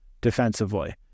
defensively